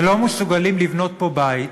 ולא מסוגלים לבנות פה בית